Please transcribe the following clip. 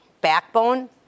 backbone